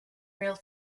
real